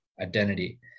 identity